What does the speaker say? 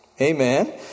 amen